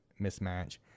mismatch